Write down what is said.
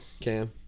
Cam